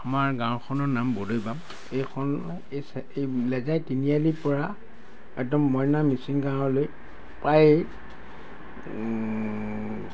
আমাৰ গাঁওখনৰ নাম বৰদৈবাম এইখন এই লেজাই তিনিআলি পৰা একদম মইনা মিছিং গাঁওলৈ পায়